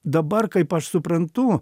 dabar kaip aš suprantu